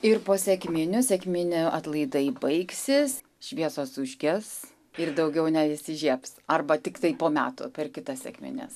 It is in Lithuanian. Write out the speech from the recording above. ir po sekminių sekminių atlaidai baigsis šviesos užges ir daugiau neįsižiebs arba tiktai po metų per kitas sekmines